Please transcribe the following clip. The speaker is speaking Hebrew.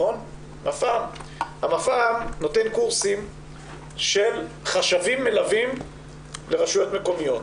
המפע"ם נותן קורסים של חשבים מלווים לרשויות מקומיות.